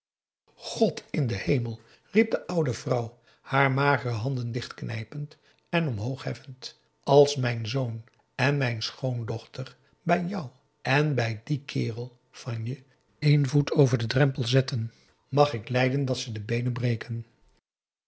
god in den hemel riep de oude vrouw haar magere handen dichtknijpend en omhoog heffend als mijn zoon en mijn schoondochter bij jou en bij dien kerel van je één voet over den drempel zetten mag ik lijden dat ze de beenen breken